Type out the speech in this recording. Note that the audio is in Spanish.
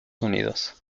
unidos